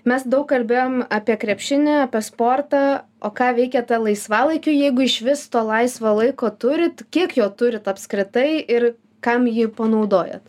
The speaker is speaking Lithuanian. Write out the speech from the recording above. mes daug kalbėjom apie krepšinį apie sportą o ką veikiate laisvalaikiu jeigu išvis to laisvo laiko turit kiek jo turit apskritai ir kam jį panaudojat